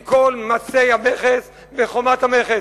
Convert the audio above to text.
עם כל מסי המכס בחומת המכס,